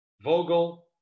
Vogel